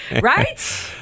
right